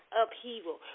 upheaval